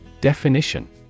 Definition